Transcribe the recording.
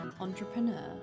Entrepreneur